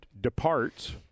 departs